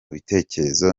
bitekerezo